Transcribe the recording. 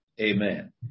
Amen